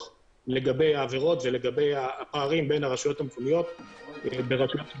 לגבי העבירות ולגבי הפערים בין הרשויות המקומיות שבהן